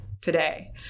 today